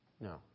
No